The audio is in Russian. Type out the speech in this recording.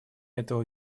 этого